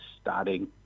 starting